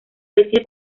decide